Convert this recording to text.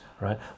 right